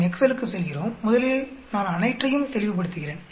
நாம் எக்ஸ்செலுக்கு செல்கிறோம் முதலில் நான் அனைற்றையும் தெளிவுபடுத்துகிறேன்